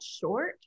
short